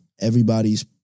everybody's